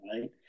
right